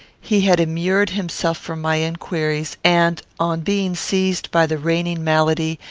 he had immured himself from my inquiries, and, on being seized by the reigning malady,